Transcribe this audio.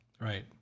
Right